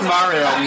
Mario